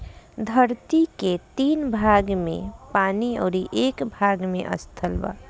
धरती के तीन भाग में पानी अउरी एक भाग में स्थल बा